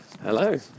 Hello